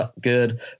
good